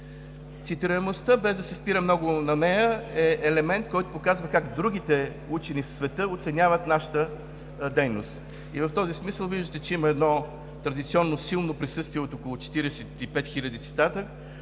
Цитируемостта, без да се спирам много на нея, е елемент, който показва как другите учени в света оценяват нашата дейност. В този смисъл виждате, че има едно традиционно силно присъствие от около 45 хиляди цитата,